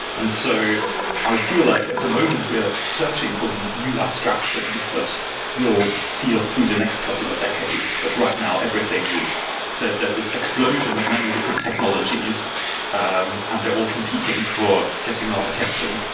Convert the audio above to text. and so i feel like at the moment we're searching for these new abstractions that we'll see us through the next couple of decades. but right now, everything is that there's this explosion of many different technologies um and they're all competing for getting our attention,